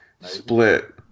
Split